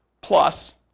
Plus